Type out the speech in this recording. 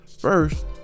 First